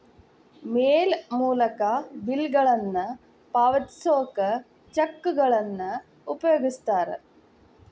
ಮೇಲ್ ಮೂಲಕ ಬಿಲ್ಗಳನ್ನ ಪಾವತಿಸೋಕ ಚೆಕ್ಗಳನ್ನ ಉಪಯೋಗಿಸ್ತಾರ